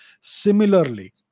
Similarly